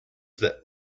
that